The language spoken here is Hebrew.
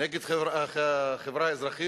נגד החברה האזרחית,